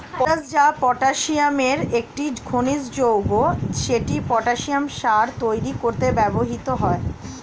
potash, যা পটাসিয়ামের একটি খনিজ যৌগ, সেটি পটাসিয়াম সার তৈরি করতে ব্যবহৃত হয়